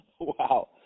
Wow